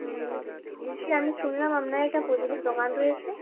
হুম দিদি আমি শুনলাম আপনার একটা প্রদীপের দোকান রয়েছে